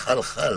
תלכו להתרענן קצת.